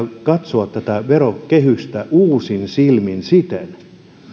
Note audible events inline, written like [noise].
[unintelligible] katsoa tätä verokehystä uusin silmin siten